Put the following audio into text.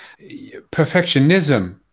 perfectionism